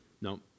No